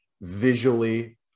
visually